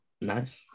Nice